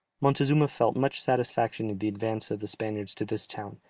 montezuma felt much satisfaction in the advance of the spaniards to this town,